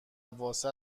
واست